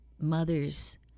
mothers